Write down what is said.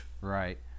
Right